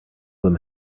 them